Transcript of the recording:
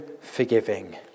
forgiving